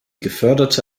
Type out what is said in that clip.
geförderte